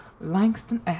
Langston